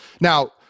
Now